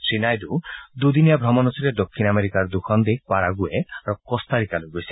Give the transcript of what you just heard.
শ্ৰীনাইডু দুদিনীয়া ভ্ৰমণসূচীৰে দক্ষিণ আমেৰিকাৰ দুখন দেশ পাৰাণুৱে আৰু কোটাৰিকালৈ গৈছে